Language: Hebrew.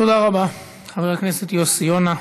חבר הכנסת יוסי יונה.